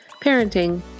parenting